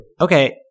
Okay